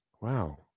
wow